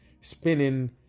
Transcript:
spinning